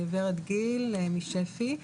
אני ורד גיל משפ"י.